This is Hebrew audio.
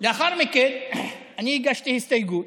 לאחר מכן אני הגשתי הסתייגות